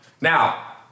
Now